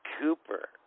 Cooper